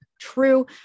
true